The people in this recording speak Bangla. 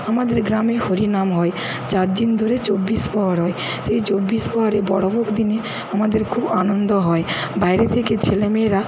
আমাদের গ্রামে হরিনাম হয় চার দিন ধরে চব্বিশ প্রহর হয় সেই চব্বিশ প্রহরে বড়ো ভোগ দিনে আমাদের খুব আনন্দ হয় বাইরে থেকে ছেলেমেয়েরা